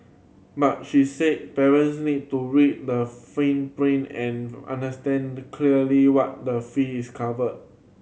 but she said parents need to read the fine print and understand the clearly what the fees cover